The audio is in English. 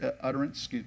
utterance